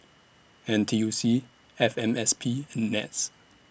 N T U C F M S P and Nets